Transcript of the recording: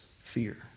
fear